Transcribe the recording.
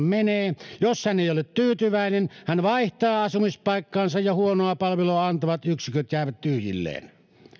menee jos hän ei ole tyytyväinen hän vaihtaa asumispaikkaansa ja huonoa palvelua antavat yksiköt jäävät tyhjilleen